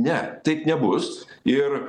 ne taip nebus ir